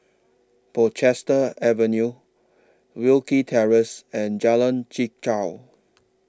Portchester Avenue Wilkie Terrace and Jalan Chichau